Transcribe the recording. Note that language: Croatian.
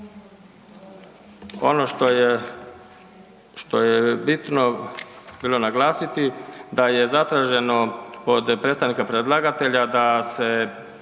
Ono što je bitno bilo naglasiti da je zatraženo od predstavnika predlagatelja da se